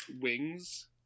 wings